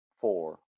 four